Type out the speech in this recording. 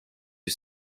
you